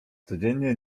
codziennie